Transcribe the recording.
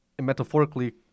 metaphorically